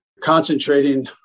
concentrating